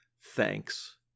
Thanks